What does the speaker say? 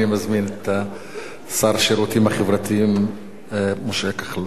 אני מזמין את שר הרווחה והשירותים החברתיים משה כחלון.